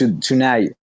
tonight